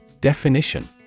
Definition